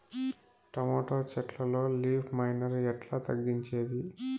Tomato చెట్లల్లో leaf miner ఎట్లా తగ్గించేది?